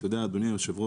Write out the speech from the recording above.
אדוני היושב ראש,